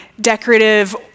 decorative